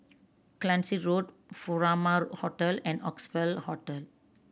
Cluny Road Furama Hotel and Oxley Hotel